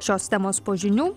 šios temos po žinių